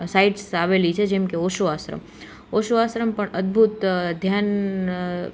sites આવેલી છે જેમકે ઓશો આશ્રમ ઓશો આશ્રમ પણ અદ્ભુત ધ્યાન